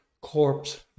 Corpse